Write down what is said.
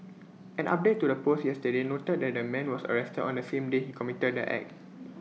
an update to the post yesterday noted that the man was arrested on the same day he committed the act